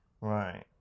right